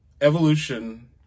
evolution